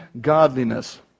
godliness